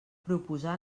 proposar